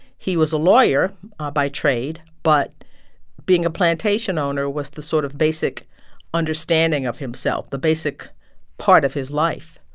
he was a lawyer by trade, but being a plantation owner was the sort of basic understanding of himself, the basic part of his life